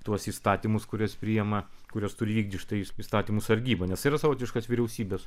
tuos įstatymus kuriuos priima kuriuos turi vykdyt įstatymų sargyba nes yra savotiškas vyriausybės